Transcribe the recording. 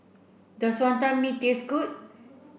does Wantan Mee taste good